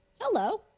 Hello